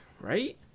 right